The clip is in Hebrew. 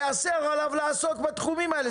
ייאסר עליו לעסוק בתחומים האלה,